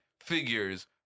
figures